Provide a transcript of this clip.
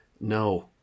No